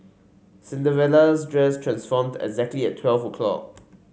Cinderella's dress transformed exactly at twelve o'clock